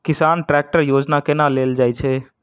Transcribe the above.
किसान ट्रैकटर योजना केना लेल जाय छै?